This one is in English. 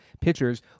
pitchers